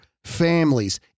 Families